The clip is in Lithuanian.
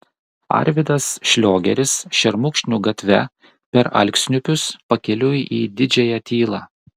arvydas šliogeris šermukšnių gatve per alksniupius pakeliui į didžiąją tylą